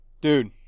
Dude